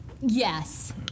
Yes